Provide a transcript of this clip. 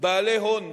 בעלי הון וחברות,